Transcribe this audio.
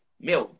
Meu